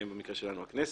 במקרה שלנו הכנסת,